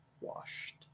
washed